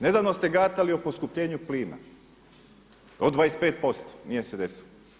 Nedavno ste gatali o poskupljenju plina od 25%, nije se desilo.